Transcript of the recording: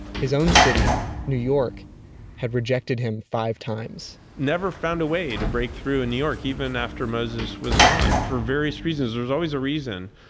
his own city new york had rejected him five times. never found a way to break in new york even after moses was gone for various reasons there's always a reason.